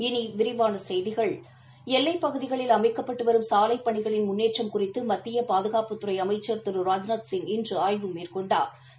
இனி விரிவான செய்திகள் எல்லைப் பகுதிகளில் அமைக்கப்பட்டு வரும் சாலை பணிகளின் முன்னேற்றம் குறித்து மத்திய பாதுகாப்புத்துறை அமைச்சர் திரு ராஜ்நாத்சிங் இன்று ஆய்வு மேற்கொண்டாா்